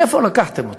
מאיפה לקחתם אותו?